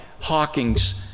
Hawking's